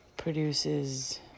Produces